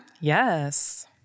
Yes